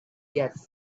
gas